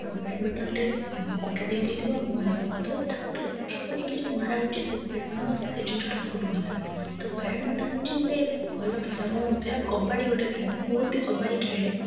ବ୍ୟାଡ଼ମିଣ୍ଟନ୍ରେ ଗୋଟେ ଟିମ୍ ଜିତିବ ଟିମ୍ ତ ତା'କୁ ଲକ୍ଷ୍ୟ କରିକି ଯେଉଁ ମରା ହେଉଛି ସେ ବ୍ୟାଡ଼ମିଣ୍ଟନ୍ ମୋତେ ସେ ଜିନଷଟା ସବୁଠୁ ଭଲ ଲାଗେ ତ ବ୍ୟାଡ଼ମିଟନ୍ ହେଉଛି ଗୋଟେ ଭଲ ଖେଳ ମୋ ମତରେ ଆଉ କବାଡ଼ି ଗୋଟେ ଖେଳେ ମୁଁ ବହୁତ ବି କବାଡ଼ି ଖେଳେ